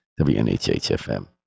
WNHHFM